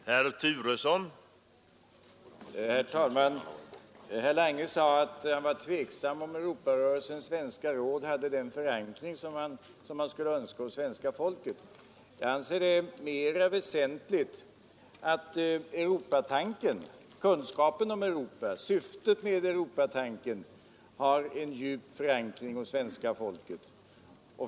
Herr talman! Herr Lange sade att han var tveksam om huruvida Europarörelsens svenska råd hade den förankring hos svenska folket som man skulle önska. Jag anser det mer väsentligt att kunskapen om Europa, syftet med Europatanken, har en djup förankring hos svenska folket.